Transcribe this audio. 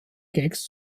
gags